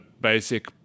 basic